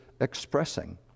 expressing